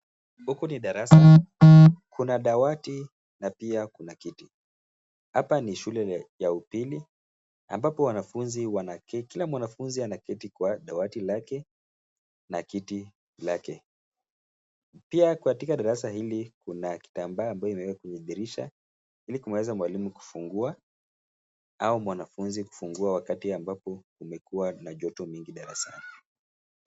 Huku ni darasa. Kuna dawati na pia kuna kiti. Hapa ni shule ya upili ambapo wanafunzi wanaketi. Kila mwanafunzi anaketi kwa dawati lake na kiti lake. Pia katika darasa hili kuna kitambaa ambayokwa dirisha ili kuweza mwalimu kufungua au mwanafunzi kufungua wakati ambapo kumekua na joto mingi darasani.